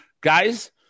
Guys